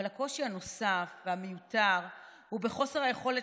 אבל הקושי הנוסף והמיותר הוא בחוסר היכולת